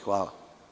Hvala.